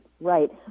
right